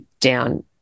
down